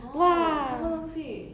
orh 什么东西